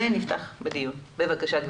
בבקשה.